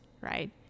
right